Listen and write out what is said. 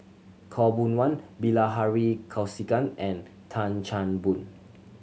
Khaw Boon Wan Bilahari Kausikan and Tan Chan Boon